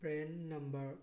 PRAN number